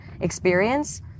experience